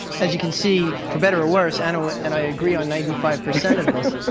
as you can see, for better or worse, anna and i agree on ninety five percent of this.